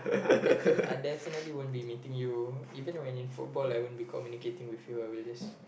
I definite~ I definitely won't be meeting you even when in football I won't be communicating with you I will just